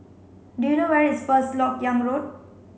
do you know where is First Lok Yang Road